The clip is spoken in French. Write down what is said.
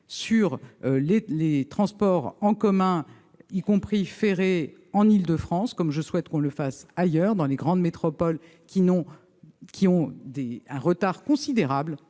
sur les transports en commun, y compris ferrés, en Île-de-France, comme je souhaite qu'on le fasse dans toutes les grandes métropoles, qui ont pris un retard considérable